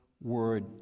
word